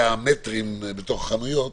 המטרים בתוך החנויות